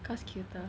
cause cuter